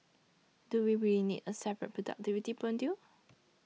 do we really need a separate productivity module